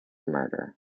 murder